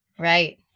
Right